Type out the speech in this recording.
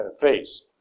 face